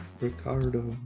Ricardo